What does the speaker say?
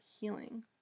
healing